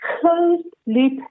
closed-loop